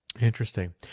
Interesting